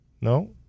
No